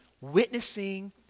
witnessing